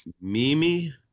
Mimi